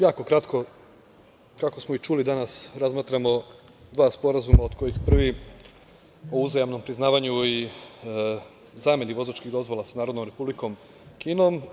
Jako kratko, kako smo i čuli danas, razmatramo dva sporazuma od kojih prvi o uzajamnom priznavanju i zameni vozačkih dozvola sa Narodnom Republikom Kinom.